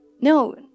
No